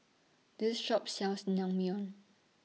This Shop sells Naengmyeon